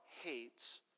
hates